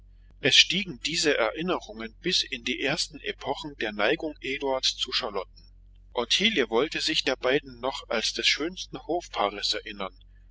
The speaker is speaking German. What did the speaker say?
es stiegen diese erinnerungen bis in die ersten epochen der neigung eduards zu charlotten ottilie wollte sich der beiden noch als des schönsten hofpaares erinnern